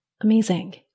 Amazing